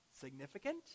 Significant